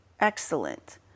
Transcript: Excellent